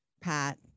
Pat